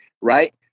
right